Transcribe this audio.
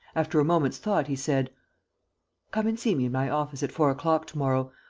after a moment's thought, he said come and see me in my office at four o'clock tomorrow.